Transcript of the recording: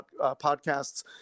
podcasts